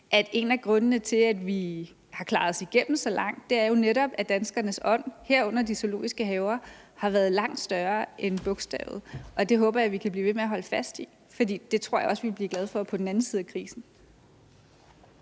at en af grundene til, at vi har klaret os igennem så langt, netop er, at danskernes ånd, herunder de zoologiske havers, har været langt større end bogstavet. Det håber jeg vi kan blive ved med at holde fast i, for det tror jeg også vi vil blive glade for på den anden side af krisen.